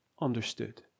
understood